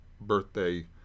birthday